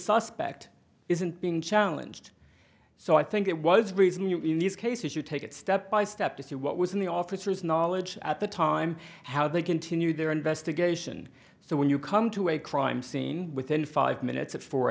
suspect isn't being challenged so i think it was recently in these cases you take it step by step to see what was in the officer's knowledge at the time how they continued their investigation so when you come to a crime scene within five minutes at four